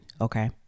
okay